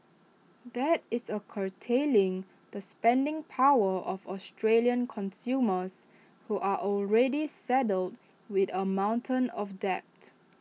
that is A curtailing the spending power of Australian consumers who are already saddled with A mountain of debt